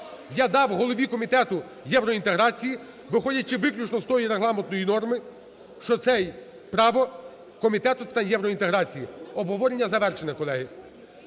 Я дав голові Комітету євроінтеграції, виходячи виключно з тої регламентної норми, що це є право Комітету з питань євроінтеграції. Обговорення завершено, колеги.